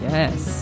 Yes